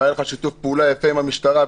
והיה לך שיתוף פעולה יפה עם המשטרה,